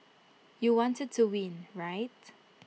you wanted to win right